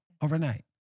overnight